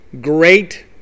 great